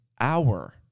hour